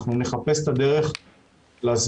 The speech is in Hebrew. אנחנו נחפש את הדרך להסביר,